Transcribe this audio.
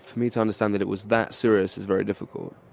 me to understand that it was that serious is very difficult